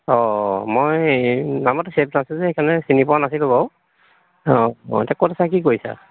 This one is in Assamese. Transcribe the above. অঁ মই নাম্বাৰটো চেভ নাছিলে যে সেইকাৰণে চিনি পোৱা নাছিলোঁ বাৰু অঁ অঁ এতিয়া ক'ত আছা কি কৰিছা